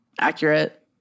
Accurate